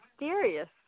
mysterious